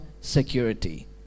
security